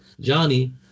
Johnny